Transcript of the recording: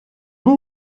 був